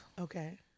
Okay